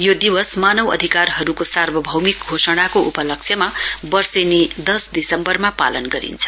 यो दिवस मानिवअधिकारहरूको सार्वभौमिक घोषणको उपलक्ष्यमा वर्षेनी दस दिसम्बरमा पालन गरिन्छ